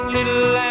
Little